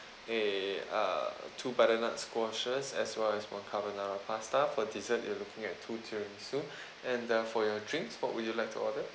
a a two butternut squashes as well as one carbonara pasta for dessert you are looking at two tiramisu and uh for your drinks what would you like to order